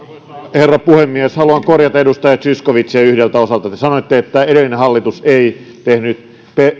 herra puhemies haluan korjata edustaja zyskowiczia yhdeltä osalta te sanoitte että edellinen hallitus ei tehnyt